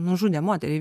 nužudė moterį